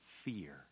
Fear